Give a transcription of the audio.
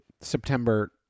September